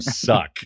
suck